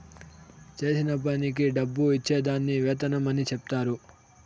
చేసిన పనికి డబ్బు ఇచ్చే దాన్ని వేతనం అని చెప్తారు